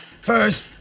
First